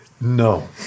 No